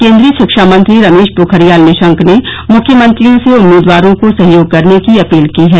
केन्द्रीय शिक्षा मंत्री रमेश पोखरियाल निशंक ने मुख्यमंत्रियों से उम्मीदवारों को सहयोग करने की अपील की है